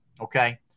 Okay